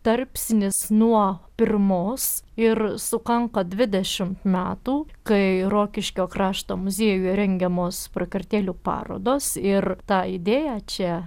tarpsnis nuo pirmos ir sukanka dvidešimt metų kai rokiškio krašto muziejuje rengiamos prakartėlių parodos ir tą idėją čia